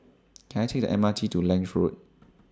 Can I Take The M R T to Lange Road